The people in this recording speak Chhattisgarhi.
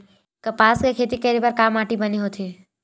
कपास के खेती करे बर का माटी बने होथे?